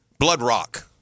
Bloodrock